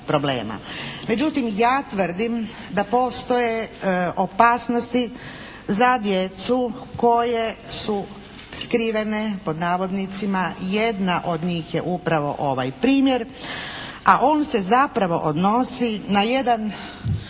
Međutim ja tvrdim da postoje opasnosti za djecu koje su "skrivene", pod navodnicima, jedna od njih je upravo ovaj primjer, a on se zapravo odnosi na jedan